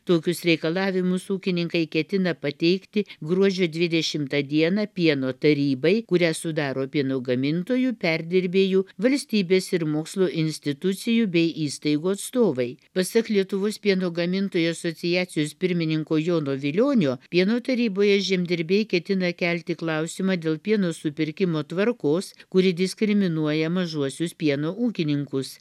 tokius reikalavimus ūkininkai ketina pateikti gruodžio dvidešimtą dieną pieno tarybai kurią sudaro pieno gamintojų perdirbėjų valstybės ir mokslo institucijų bei įstaigų atstovai pasak lietuvos pieno gamintojų asociacijos pirmininko jono vilionio pieno taryboje žemdirbiai ketina kelti klausimą dėl pieno supirkimo tvarkos kuri diskriminuoja mažuosius pieno ūkininkus